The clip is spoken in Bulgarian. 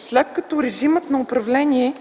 след като режимът на управление